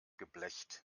geblecht